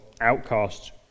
outcasts